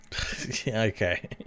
okay